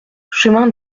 chemin